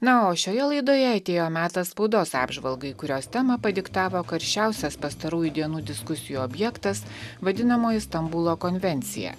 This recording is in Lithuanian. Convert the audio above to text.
na o šioje laidoje atėjo metas spaudos apžvalgai kurios temą padiktavo karščiausias pastarųjų dienų diskusijų objektas vadinamoji stambulo konvencija